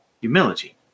humility